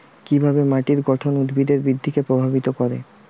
কিভাবে মাটির গঠন উদ্ভিদের বৃদ্ধিকে প্রভাবিত করে?